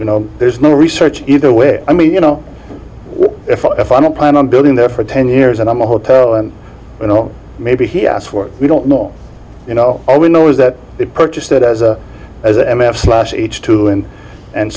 you know there's no research either way i mean you know if i don't plan on building there for ten years and i'm a hotel and you know maybe he asked for we don't know all you know all we know is that he purchased it as a as a m f slash each to him and